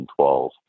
2012